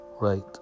right